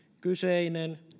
kyseinen